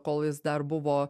kol jis dar buvo